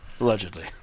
allegedly